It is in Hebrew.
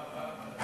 ההצעה להעביר את